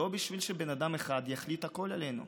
לא בשביל שבן אדם אחד יחליט הכול עלינו.